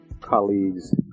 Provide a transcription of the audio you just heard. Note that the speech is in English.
colleagues